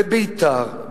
בביתר,